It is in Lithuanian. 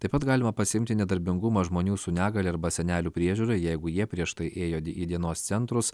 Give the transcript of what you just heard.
taip pat galima pasiimti nedarbingumą žmonių su negalia arba senelių priežiūrai jeigu jie prieš tai ėjo į dienos centrus